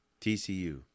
TCU